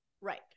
Right